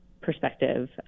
perspective